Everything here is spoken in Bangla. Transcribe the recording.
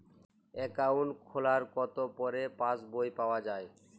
অ্যাকাউন্ট খোলার কতো পরে পাস বই পাওয়া য়ায়?